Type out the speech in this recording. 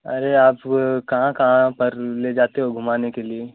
अरे आप कहाँ कहाँ पर ले जाते हो घुमाने के लिए